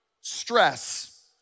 stress